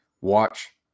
watch